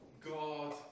God